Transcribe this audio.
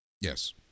Yes